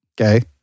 Okay